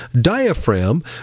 diaphragm